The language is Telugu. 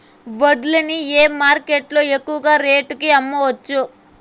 వడ్లు ని ఏ మార్కెట్ లో ఎక్కువగా రేటు కి అమ్మవచ్చు?